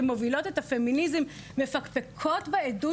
הן מובילות את הפמיניזם מפקפקות בעדות